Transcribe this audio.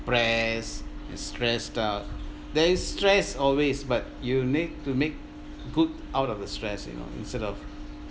depressed and stressed out there is stress always but you need to make good out of a stress you know instead of